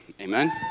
Amen